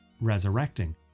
resurrecting